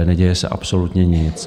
Neděje se absolutně nic.